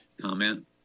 comment